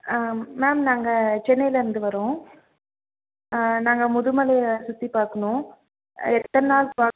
ma'am நாங்கள் சென்னைலிருந்து வரோம் நாங்கள் முதுமலையை சுற்றி பார்க்கணும் எத்தனை நாள் பாக்